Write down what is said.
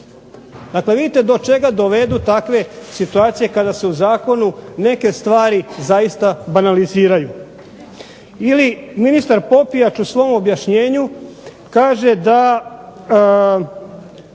Dakle, vidite do čega dovedu takve situacije kada se u zakonu neke stvari zaista banaliziraju. Ili ministar Popijač u svom objašnjenju kaže da